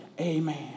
Amen